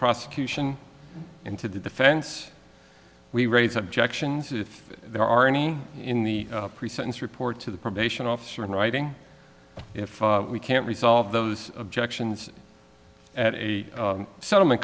prosecution and to the defense we raise objections if there are any in the pre sentence report to the probation officer in writing if we can't resolve those objections at a settlement